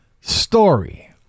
story